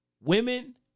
women